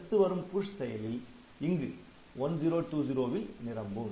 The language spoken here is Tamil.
அடுத்து வரும் புஷ் செயலில் இங்கு 1020 ல் நிரம்பும்